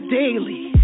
daily